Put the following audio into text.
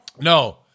No